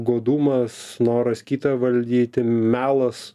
godumas noras kitą valdyti melas